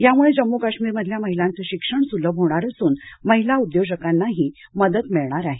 यामुळे जम्मू काश्मीर मधल्या महिलांचं शिक्षण सुलभ होणार असून महिला उद्योजकांनाही मदत मिळणार आहे